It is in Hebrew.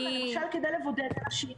שהם לא בלתי מוגבלים.